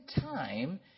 time